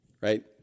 Right